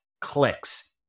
clicks